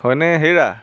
হয়নে হেৰা